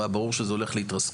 והיה ברור שזה הולך להתרסקות.